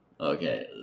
Okay